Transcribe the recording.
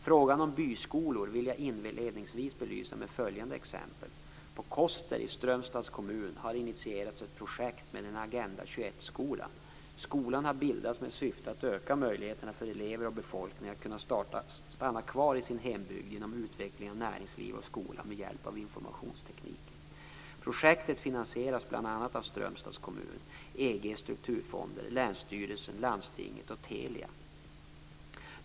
Frågan om byskolor vill jag inledningsvis belysa med följande exempel. På Koster i Strömstads kommun har initierats ett projekt med en Agenda 21 skola. Skolan har bildats med syftet att öka möjligheterna för elever och befolkning att kunna stanna kvar i sin hembygd genom utveckling av näringsliv och skola med hjälp av informationsteknik. Projektet finansieras bl.a. av Strömstads kommun, EG:s strukturfonder, länsstyrelsen, landstinget och Telia.